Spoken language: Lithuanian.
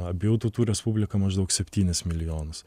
abiejų tautų respublika maždaug septynis milijonus